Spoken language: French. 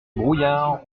brouillard